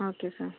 okay sir